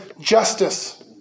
justice